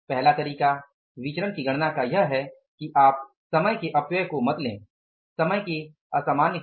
पहला तरीका यह है कि आप समय के अपव्यय को मत ले समय की असामान्य को